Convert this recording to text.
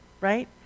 right